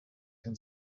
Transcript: can